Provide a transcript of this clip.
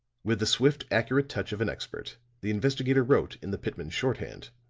with the swift, accurate touch of an expert, the investigator wrote in the pitman shorthand